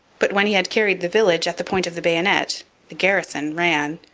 but when he had carried the village at the point of the bayonet the garrison ran.